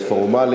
מספיק